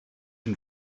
and